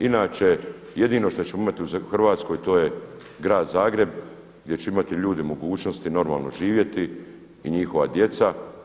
Inače jedino šta ćemo imati u Hrvatskoj to je grad Zagreb, gdje će imati ljudi mogućnosti normalno živjeti i njihova djeca.